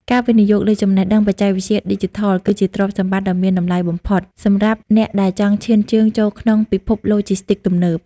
ការវិនិយោគលើចំណេះដឹងបច្ចេកវិទ្យាឌីជីថល គឺជាទ្រព្យសម្បត្តិដ៏មានតម្លៃបំផុតសម្រាប់អ្នកដែលចង់ឈានជើងចូលក្នុងពិភពឡូជីស្ទីកទំនើប។